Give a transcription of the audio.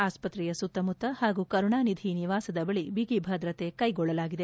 ಆಸ್ಪತ್ರೆಯ ಸುತ್ತಮುತ್ತ ಹಾಗೂ ಕರುಣಾನಿಧಿ ನಿವಾಸದ ಬಳಿ ಬಿಗಿಭದ್ರತೆ ಕೈಗೊಳ್ಳಲಾಗಿದೆ